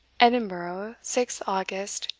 edinburgh, sixth august,